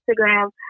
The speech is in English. instagram